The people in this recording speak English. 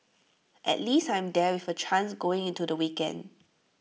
at least I'm there with A chance going into the weekend